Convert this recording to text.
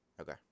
Okay